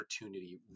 opportunity